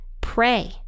pray